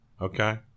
Okay